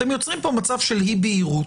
אתם יוצרים כאן מצב של אי בהירות,